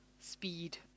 speed